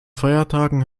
feiertagen